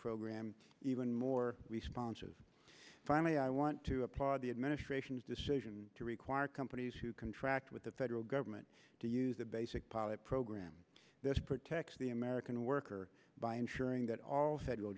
program even more responses finally i want to applaud the administration's decision to require companies who contract with the federal government to use the basic pilot program this protects the american worker by ensuring that all federal